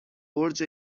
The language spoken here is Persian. برج